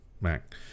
Mac